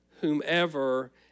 whomever